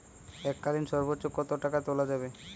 এককালীন সর্বোচ্চ কত টাকা তোলা যাবে?